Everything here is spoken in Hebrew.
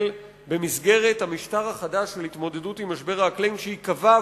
במסגרת המשטר החדש של ההתמודדות עם משבר האקלים שייקבע,